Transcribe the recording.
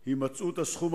כמובן.